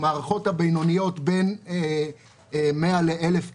נושא המערכות הבינוניות בין 100 ל-1,000 קילו-ואט,